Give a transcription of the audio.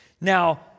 Now